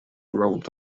rolled